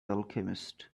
alchemist